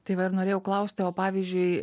tai va ir norėjau klausti o pavyzdžiui